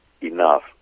enough